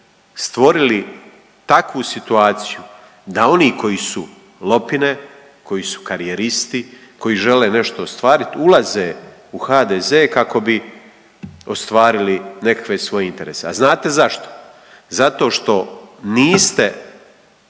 stvorili takvu situaciju da oni koji su lopine, koji su karijeristi, koji žele nešto ostvariti ulaze u HDZ kako bi ostvarili nekakve svoje interese. A znate zašto? Zato što niste